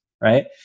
right